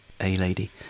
A-Lady